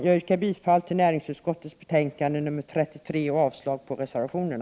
Jag yrkar bifall till näringsutskottets betänkande nr 33 och avslag på reservationerna.